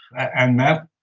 and that,